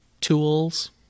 tools